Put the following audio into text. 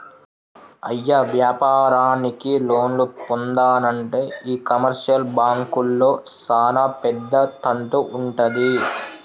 అయ్య వ్యాపారానికి లోన్లు పొందానంటే ఈ కమర్షియల్ బాంకుల్లో సానా పెద్ద తంతు వుంటది